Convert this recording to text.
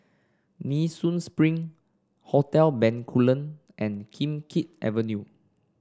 Nee Soon Spring Hotel Bencoolen and Kim Keat Avenue